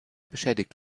beschädigt